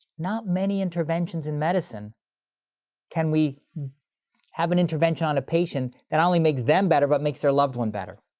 not many interventions in medicine can we have an intervention on a patient that not only makes them better, but makes their loved one better.